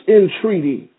entreaty